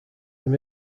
him